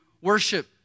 worship